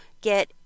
Get